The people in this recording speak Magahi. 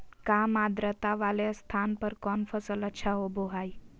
काम आद्रता वाले स्थान पर कौन फसल अच्छा होबो हाई?